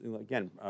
again